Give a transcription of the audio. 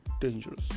dangerous